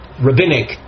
rabbinic